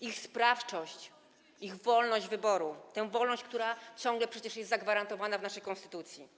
ich sprawczość, ich wolność wyboru, tę wolność, która ciągle przecież jest zagwarantowana w naszej konstytucji.